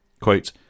Quote